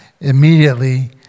Immediately